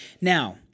Now